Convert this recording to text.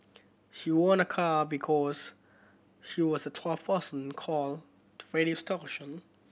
she won a car because she was the twelfth person call